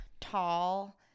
tall